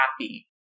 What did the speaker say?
happy